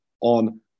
on